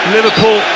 Liverpool